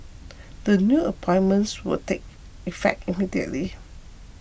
the new appointments will take effect immediately